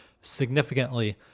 significantly